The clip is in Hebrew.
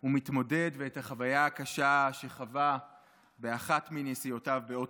הוא מתמודד ואת החוויה הקשה שחווה באחת מנסיעותיו באוטובוס.